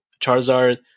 Charizard